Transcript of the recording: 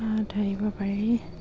ধৰিব পাৰি